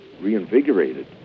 reinvigorated